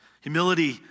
Humility